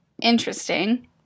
interesting